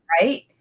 Right